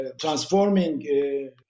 transforming